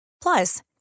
Plus